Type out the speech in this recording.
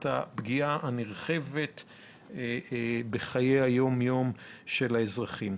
הפגיעה בחיי היום-יום של האזרחים.